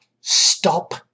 stop